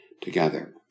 together